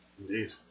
Indeed